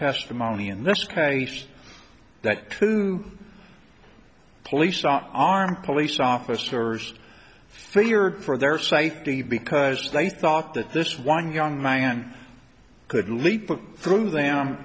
testimony in this case that to police are armed police officers feared for their safety because they thought that this one young man could leap prove them